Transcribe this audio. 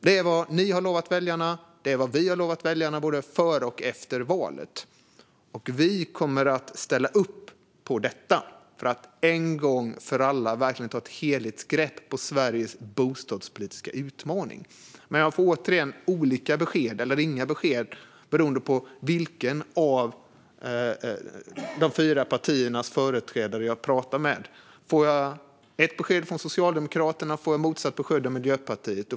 Det är vad ni har lovat väljarna och vad vi har lovat väljarna, både före och efter valet, och vi kommer att ställa upp på detta för att en gång för alla ta ett helhetsgrepp om Sveriges bostadspolitiska utmaning. Men jag får återigen olika besked eller inga besked beroende på vilket av de fyra partiernas företrädare jag pratar med. Får jag ett besked från Socialdemokraterna får jag ett motsatt besked av Miljöpartiet.